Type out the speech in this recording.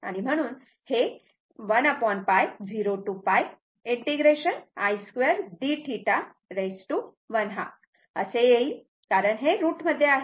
म्हणून हे 1 π 0 to π ⌠i2 dθ 12 असे येईल कारण हे रूट मध्ये आहे